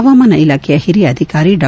ಹವಾಮಾನ ಇಲಾಖೆಯ ಹಿರಿಯ ಅಧಿಕಾರಿ ಡಾ